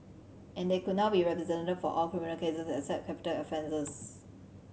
and they could now be represented for all criminal cases except capital offences